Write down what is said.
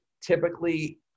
typically